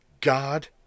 God